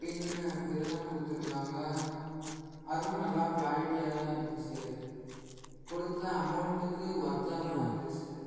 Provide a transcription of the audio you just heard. பின்னே இதெலான் கொடுத்து இருந்தாங்க அதுவும் நல்லா குவாலிட்டியாக தான் இருந்துச்சு கொடுத்த அமௌன்ட்க்கு ஓர்த்தாக தான் வந்துச்சு